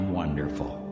wonderful